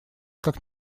как